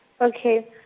Okay